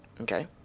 Okay